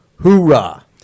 Hoorah